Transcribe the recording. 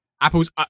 Apple's